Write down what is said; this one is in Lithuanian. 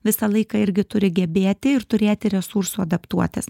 visą laiką irgi turi gebėti ir turėti resursų adaptuotis